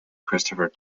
christopher